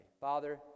Father